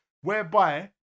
whereby